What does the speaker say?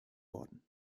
worden